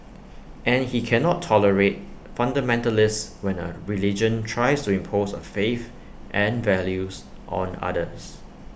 and he cannot tolerate fundamentalists when A religion tries to impose A faith and values on others